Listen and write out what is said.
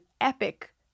epic